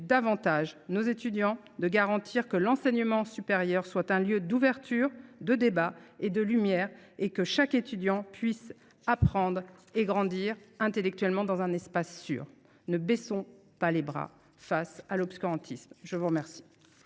davantage nos étudiants, de garantir que l’enseignement supérieur soit bien un lieu d’ouverture, de débats et de lumières et de s’assurer que chaque étudiant puisse apprendre et grandir intellectuellement dans un espace sûr. Ne baissons pas les bras face à l’obscurantisme ! La parole